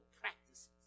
practices